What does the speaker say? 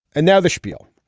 and now the spiel.